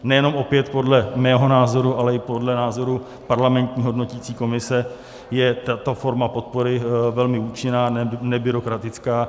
Nejenom opět podle mého názoru, ale i podle názoru parlamentní hodnotící komise je tato forma podpory velmi účinná, nebyrokratická.